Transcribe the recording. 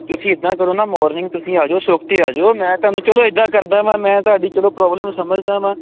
ਤੁਸੀਂ ਇਦਾਂ ਕਰੋ ਨਾ ਮੋਰਨਿੰਗ ਤੁਸੀਂ ਆ ਜਾਓ ਸੁਵਖਤੇ ਆ ਜਾਓ ਮੈਂ ਤੁਹਾਨੂੰ ਚਲੋ ਇਦਾਂ ਕਰਦਾ ਵਾਂ ਮੈਂ ਤੁਹਾਡੀ ਚਲੋ ਪ੍ਰੋਬਲਮ ਨੂੰ ਸਮਝਦਾ ਵਾਂ